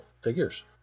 figures